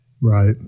Right